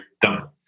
done